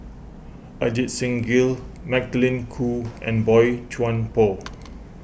Ajit Singh Gill Magdalene Khoo and Boey Chuan Poh